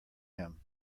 him